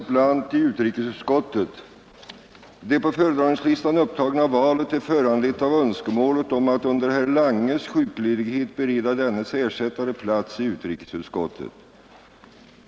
Det på föredragningslistan upptagna valet är föranlett av önskemålet om att under herr Langes sjukledighet bereda dennes ersättare plats i utrikesutskottet.